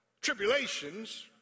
tribulations